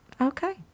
Okay